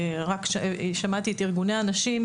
שמעתי את ארגוני הנשים,